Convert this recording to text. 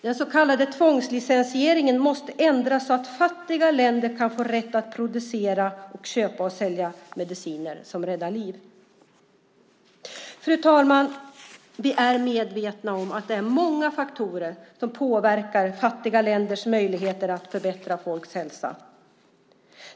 Den så kallade tvångslicensieringen måste ändras så att fattiga länder kan få rätt att både producera och köpa och sälja mediciner som räddar liv. Fru talman! Vi är medvetna om det är att många faktorer som påverkar fattiga länders möjligheter att förbättra folks hälsa.